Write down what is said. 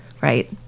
right